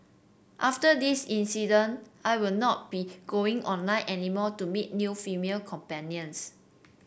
after this incident I will not be going online any more to meet new female companions